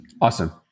Awesome